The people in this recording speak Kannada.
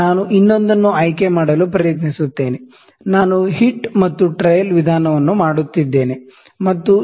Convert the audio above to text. ನಾನು ಇನ್ನೊಂದನ್ನು ಆಯ್ಕೆ ಮಾಡಲು ಪ್ರಯತ್ನಿಸುತ್ತೇನೆ ನಾನು ಹಿಟ್ ಮತ್ತು ಟ್ರಯಲ್ ವಿಧಾನವನ್ನು ಮಾಡುತ್ತಿದ್ದೇನೆ ಮತ್ತು 0